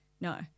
no